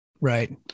right